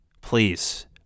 Please